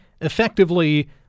effectively